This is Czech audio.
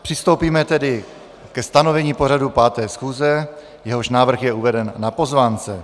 Přistoupíme tedy ke stanovení pořadu 5. schůze, jehož návrh je uveden na pozvánce.